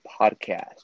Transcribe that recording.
podcast